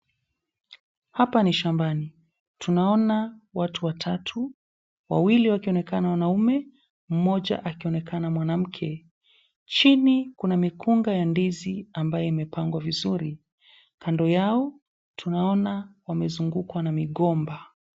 Hapa ni shambani tunaona watu watatu, wawili wakionekana wanaume, mmoja akionekana mwanamke, chini kuna mikunga ya ndizi ambayo imepangwa vizuri kando yao tunaona kuna migomba.